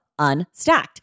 Unstacked